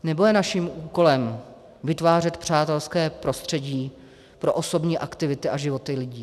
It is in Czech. Nebo je naším úkolem vytvářet přátelské prostředí pro osobní aktivity a životy lidí?